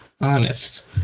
honest